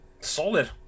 solid